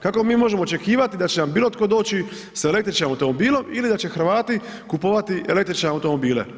Kako mi možemo očekivati da će nam bilo tko doći da električnim automobilom ili da će Hrvati kupovati električne automobile.